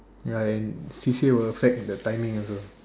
ya and C_C_A will affect the timing also